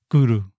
Guru